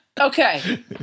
Okay